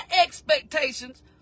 expectations